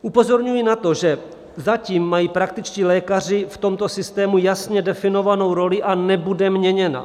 Upozorňuji na to, že zatím mají praktičtí lékaři v tomto systému jasně definovanou roli a nebude měněna.